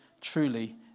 truly